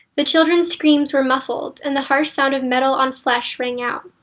the childrens' screams were muffled, and the harsh sound of metal on flesh rang out.